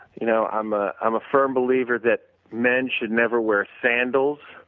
you know i'm ah i'm a firm believer that men should never wear sandals,